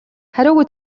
хариугүй